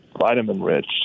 vitamin-rich